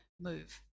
move